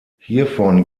hiervon